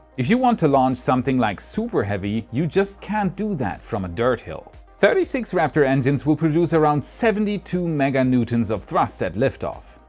if you want to launch something like super heavy, you just can't do that from a dirt hill. thirty six raptor engines will produce around seventy two mega newtons of thrust at lift-off.